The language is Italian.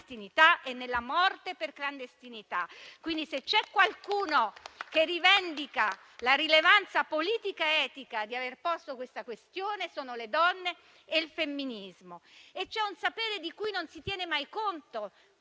e nella morte per clandestinità. Quindi se c'è qualcuno che rivendica la rilevanza politica ed etica di aver posto la questione sono le donne e il femminismo. C'è un sapere di cui non si tiene mai conto,